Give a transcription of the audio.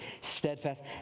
steadfast